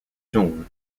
jaune